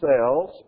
cells